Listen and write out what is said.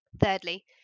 Thirdly